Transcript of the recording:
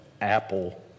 apple